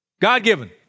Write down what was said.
God-given